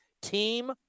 team